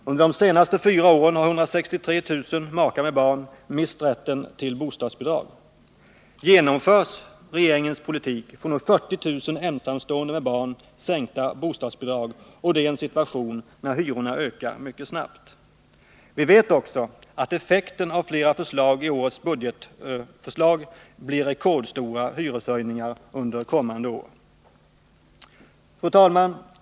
Under de senaste fyra åren har 163 000 makar med barn mist rätten till bostadsbidrag. Genomförs regeringens politik får nu 40 000 ensamstående med barn sänkta bostadsbidrag — och det i en situation då hyrorna ökar mycket snabbt. Vi vet också att effekten av flera förslag i årets budgetförslag blir rekordstora hyreshöjningar under kommande år. Fru talman!